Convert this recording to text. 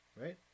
Right